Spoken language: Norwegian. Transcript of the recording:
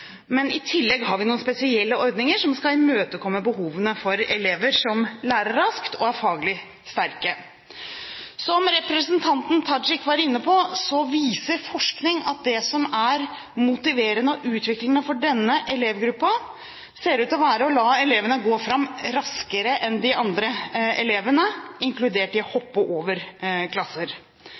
Men i tillegg har vi noen spesielle ordninger som skal imøtekomme behovene for elever som lærer raskt og er faglig sterke. Som representanten Tajik var inne på, viser forskning at det som er motiverende og utviklende for denne elevgruppen, ser ut til å være å la elevene gå fram raskere enn de andre elevene, inkludert å hoppe over klasser.